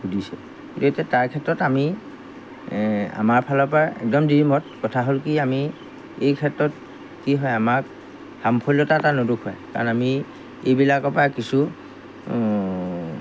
সুধিছে তাৰক্ষেত্ৰত আমি আমাৰ ফালৰপৰা একদম মত কথা হ'ল কি আমি এইক্ষেত্ৰত কি হয় আমাক সাফল্যতা এটা নেদেখুৱাই কাৰণ আমি এইবিলাকৰপৰা কিছু